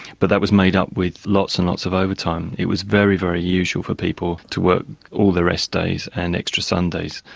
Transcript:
but that was made up with lots and lots of overtime. it was very, very usual for people to work all their rest days and extra sundays,